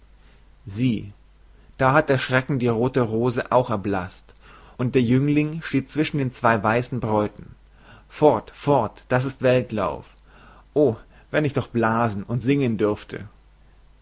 sieh da hat der schrecken die rothe rose auch erblaßt und der jüngling steht zwischen den zwei weißen bräuten fort fort das ist weltlauf o wenn ich doch blasen und singen dürfte